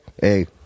hey